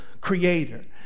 creator